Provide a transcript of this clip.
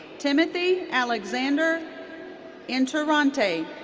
timothy alexander interrante.